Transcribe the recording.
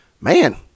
Man